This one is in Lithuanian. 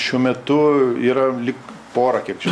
šiuo metu yra lyg pora kiek čia